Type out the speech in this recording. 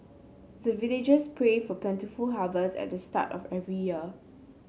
the villagers pray for plentiful harvest at the start of every year